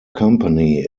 company